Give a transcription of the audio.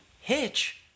Hitch